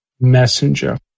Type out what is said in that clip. messenger